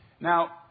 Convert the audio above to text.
Now